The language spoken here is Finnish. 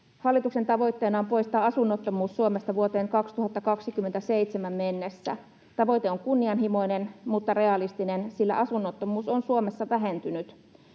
Hallituksen tavoitteena on poistaa asunnottomuus Suomesta vuoteen 2027 mennessä. Tavoite on kunnianhimoinen mutta realistinen, sillä asunnottomuus on Suomessa vähentynyt.